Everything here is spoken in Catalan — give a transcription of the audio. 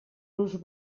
los